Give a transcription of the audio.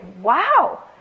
wow